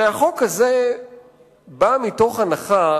הרי החוק הזה בא מתוך הנחה